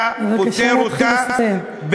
אתה פותר אותה,